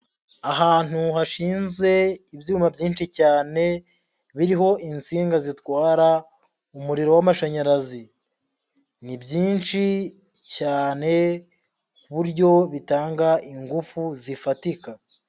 Ahantu hashinze ibyuma byinshi cyane, biriho insinga zitwara umuriro w'amashanyarazi. Ni byinshi cyane ku buryo bitanga ingufu zifatika.